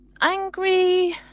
angry